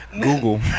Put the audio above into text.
google